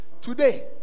today